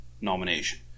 nomination